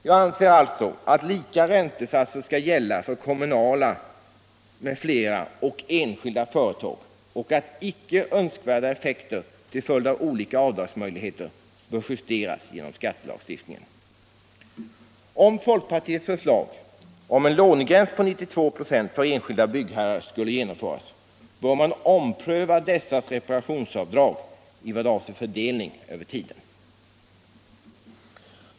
Jag anser alltså att lika räntesatser skall gälla för kommunala m.fl. och enskilda företag och att icke önskvärda effekter av olika avdragsmöjligheter bör justeras genom skattelagstiftningen. Om folkpartiets förslag om lånegräns på 92 96 för enskilda byggherrar skulle genomföras, bör man ompröva dessa reparationsavdrag i vad avser fördelning över tiden.